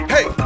Hey